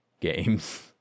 games